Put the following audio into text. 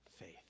faith